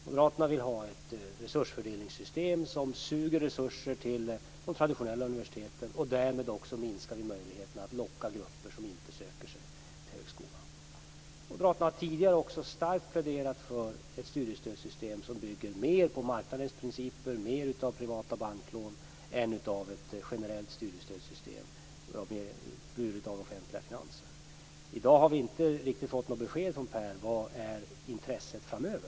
Moderaterna vill ha ett resursfördelningssystem som suger resurser till de traditionella universiteten. Därmed minskar vi möjligheterna att locka grupper som inte söker sig till högskolan. Moderaterna har tidigare också starkt pläderat för ett studiestödssystem som bygger mer på marknadens principer och mer på privata banklån än på ett generellt studiestödssystem buret av offentliga finanser. I dag har vi inte fått något riktigt besked från Per Bill om vad intresset är framöver.